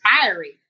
fiery